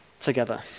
together